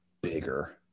bigger